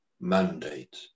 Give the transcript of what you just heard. mandate